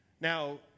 Now